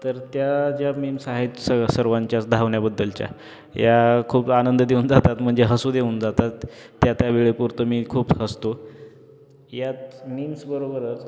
तर त्या ज्या मिम्स आहेत स सर्वांच्याच धावण्याबद्दलच्या या खूप आनंद देऊन जातात म्हणजे हसू देऊन जातात त्या त्या वेळेपुरतं मी खूप हसतो याच मीम्सबरोबरच